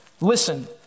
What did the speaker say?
Listen